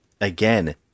again